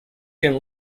can